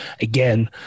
again